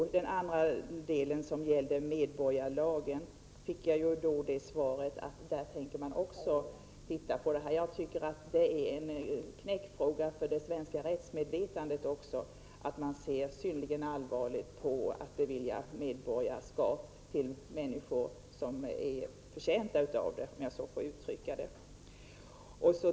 Statsrådet sade vidare att man också skulle se över frågan om medborgarlagen. Detta är en fråga som också är av största vikt för det svenska rättsmedvetandet. Man bör se synnerligen allvarligt på beviljandet av medborgarskap med hänsyn till om människor så att säga har gjort sig förtjänta av det.